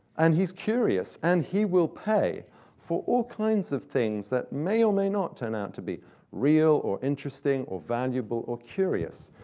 and he's curious, and he will pay for all kinds of things that may or may not turn out to be real, or interesting, or valuable, or curious.